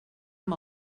amb